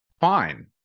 fine